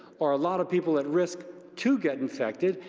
or a lot of people at risk to get infected,